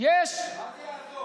מה זה יעזור?